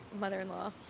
mother-in-law